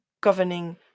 governing